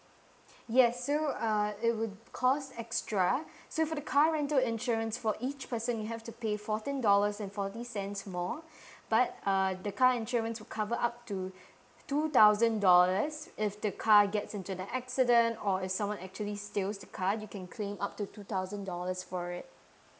yes so uh it would cost extra so for the car rental insurance for each person you have to pay fourteen dollars and forty cents more but uh the car insurance would cover up to two thousand dollars if the car gets into an accident or if someone actually steals the car you can claim up to two thousand dollars for it